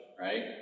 Right